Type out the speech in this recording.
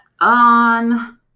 on –